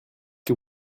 que